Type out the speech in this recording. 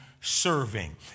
serving